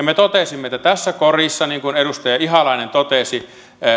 me totesimme että tässä korissa niin kuin edustaja ihalainen totesi